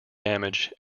damage